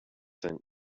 sent